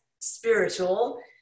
spiritual